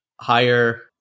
higher